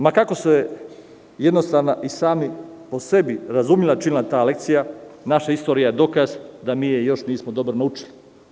Ma kako se jednostavno i sama po sebi razumela ta lekcija, naša istorija je dokaz da je mi još uvek nismo dobro naučili.